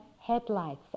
headlights